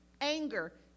anger